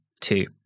two